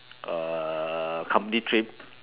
uh company trip